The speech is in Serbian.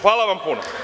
Hvala vam puno.